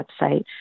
website